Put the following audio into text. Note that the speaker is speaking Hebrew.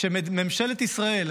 שממשלת ישראל,